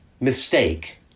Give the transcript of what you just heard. mistake